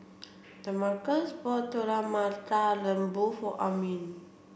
Damarcus bought Telur Mata Lembu for Armin